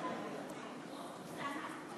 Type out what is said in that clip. חוק ניירות ערך (תיקון מס' 62),